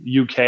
UK